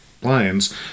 blinds